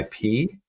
IP